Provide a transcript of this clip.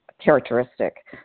characteristic